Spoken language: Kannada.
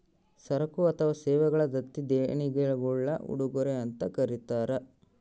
ಸರಕು ಅಥವಾ ಸೇವೆಗಳ ದತ್ತಿ ದೇಣಿಗೆಗುಳ್ನ ಉಡುಗೊರೆ ಅಂತ ಕರೀತಾರ